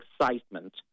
excitement